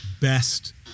best